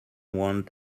want